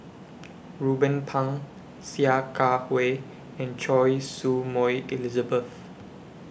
Ruben Pang Sia Kah Hui and Choy Su Moi Elizabeth